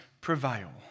prevail